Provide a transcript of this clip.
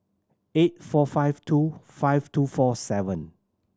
eight four five two five two four seven